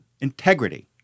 Integrity